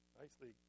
nicely